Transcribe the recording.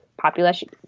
population